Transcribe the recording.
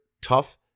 tough